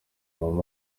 mama